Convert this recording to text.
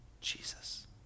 Jesus